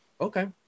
Okay